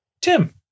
Tim